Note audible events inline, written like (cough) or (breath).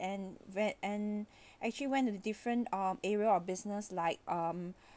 and vet~ and (breath) actually went to different um area of business like um